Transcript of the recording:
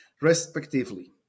respectively